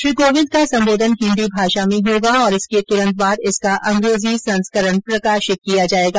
श्री कोविंद का संबोधन हिन्दी भाषा में होगा और इसके तुरंत बाद इसका अंग्रेजी संस्करण प्रसारित किया जाएगा